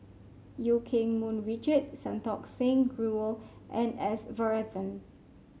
Eu Keng Mun Richard Santokh Singh Grewal and S Varathan